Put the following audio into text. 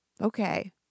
okay